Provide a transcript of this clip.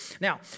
Now